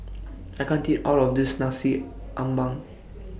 I can't eat All of This Nasi Ambeng